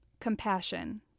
Compassion